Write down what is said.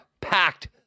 packed